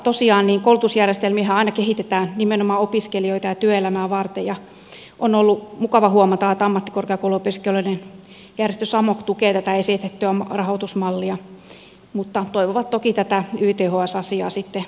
tosiaan koulutusjärjestelmiähän aina kehitetään nimenomaan opiskelijoita ja työelämää varten ja on ollut mukava huomata että ammattikorkeakouluopiskelijoiden järjestö samok tukee tätä esitettyä rahoitusmallia mutta he toivovat toki tätä yths asiaa sitten tulevaisuudessa